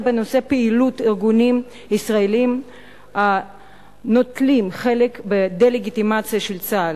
ובנושא פעילות ארגונים ישראליים הנוטלים חלק בדה-לגיטימציה של צה"ל,